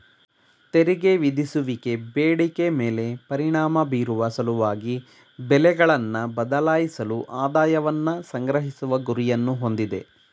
ತೆರಿಗೆ ವಿಧಿಸುವಿಕೆ ಬೇಡಿಕೆ ಮೇಲೆ ಪರಿಣಾಮ ಬೀರುವ ಸಲುವಾಗಿ ಬೆಲೆಗಳನ್ನ ಬದಲಾಯಿಸಲು ಆದಾಯವನ್ನ ಸಂಗ್ರಹಿಸುವ ಗುರಿಯನ್ನ ಹೊಂದಿದೆ